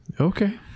okay